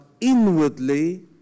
inwardly